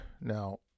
now